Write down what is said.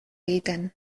egiten